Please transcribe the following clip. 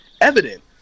evident